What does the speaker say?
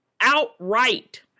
outright